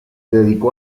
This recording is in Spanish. dedicó